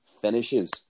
finishes